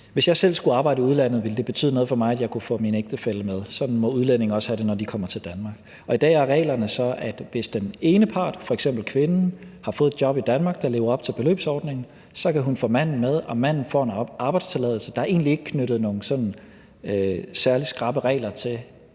Hvis jeg selv skulle arbejde i udlandet, ville det betyde noget for mig, at jeg kunne få min ægtefælle med. Sådan må udlændinge også have det, når de kommer til Danmark. I dag er reglerne så, at hvis den ene part, f.eks. kvinden, har fået et job i Danmark, der lever op til beløbsordningen, kan hun få manden med, og manden får en arbejdstilladelse. Der er egentlig ikke knyttet nogen særlig skrappe regler til